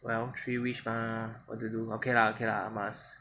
well three wish mah what to do okay lah okay lah must